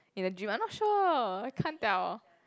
in the dream I'm not sure I can't tell